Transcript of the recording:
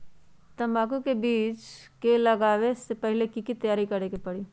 तंबाकू के बीज के लगाबे से पहिले के की तैयारी करे के परी?